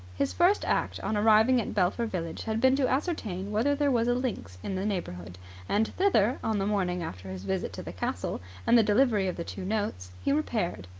his first act on arriving at belpher village had been to ascertain whether there was a links in the neighbourhood and thither, on the morning after his visit to the castle and the delivery of the two notes, he repaired.